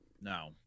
No